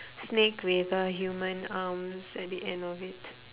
snake with uh human arms at the end of it